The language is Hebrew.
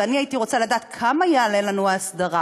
ואני הייתי רוצה לדעת כמה תעלה לנו ההסדרה,